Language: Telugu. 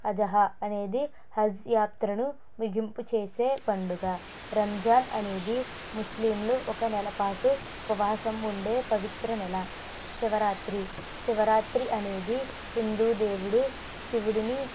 అజహ అనేది హజ్ యాత్రను ముగింపు చేసే పండుగ రంజాన్ అనేది ముస్లింలు ఒక నెలపాటు ఉపవాసం ఉండే పవిత్ర నెల శివరాత్రి శివరాత్రి అనేది హిందూ దేవుడు శివుడిని